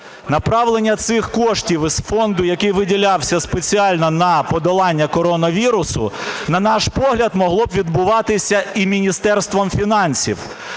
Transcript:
Направлення цих коштів із фонду, який виділявся спеціально на подолання коронавірусу, на наш погляд, могло б відбуватися і Міністерством фінансів.